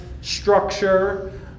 structure